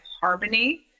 harmony